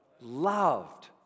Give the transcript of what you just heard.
Loved